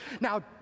Now